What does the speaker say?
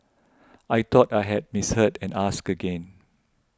I thought I had misheard and asked again